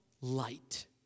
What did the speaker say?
light